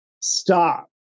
stop